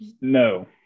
no